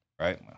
right